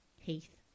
Heath